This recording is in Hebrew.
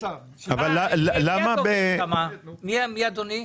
מי אדוני?